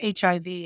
HIV